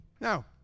Now